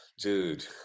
Dude